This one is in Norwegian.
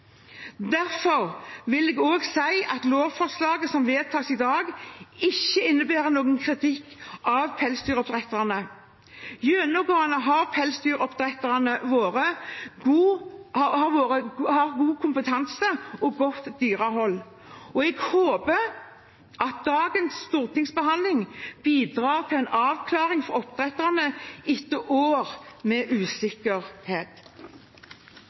Derfor vil jeg også si at lovforslaget som vedtas i dag, ikke innebærer noen kritikk av pelsdyroppdretterne. Gjennomgående har pelsdyroppdretterne våre god kompetanse og godt dyrehold. Jeg håper at dagens stortingsbehandling bidrar til en avklaring for oppdretterne etter år med usikkerhet.